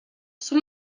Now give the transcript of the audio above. són